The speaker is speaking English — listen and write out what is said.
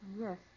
Yes